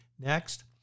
Next